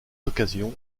occasions